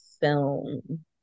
film